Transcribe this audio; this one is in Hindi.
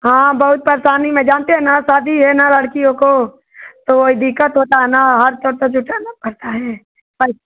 हाँ बहुत परेशानी में जानते हैं ना शादी है ना लड़कियों को तो वही दिक़्क़त होता है ना हर उठाना पड़ता है